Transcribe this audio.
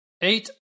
Eight